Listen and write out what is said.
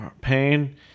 pain